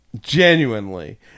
Genuinely